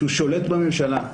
כשהוא שולט בממשלה,